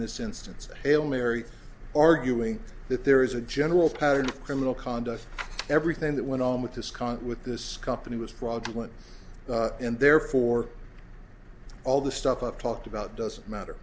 this instance hail mary arguing that there is a general pattern of criminal conduct everything that went on with this concert with this company was fraudulent and therefore all the stuff up talked about doesn't matter